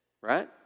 right